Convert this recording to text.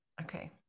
Okay